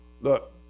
look